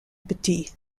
petit